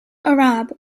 arab